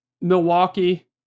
milwaukee